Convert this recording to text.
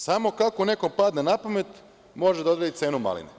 Samo kako nekom padne napamet može da odredi cenu maline.